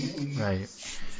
right